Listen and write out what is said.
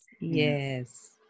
Yes